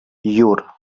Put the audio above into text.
jur